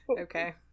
okay